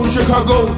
Chicago